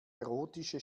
erotische